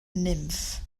nymff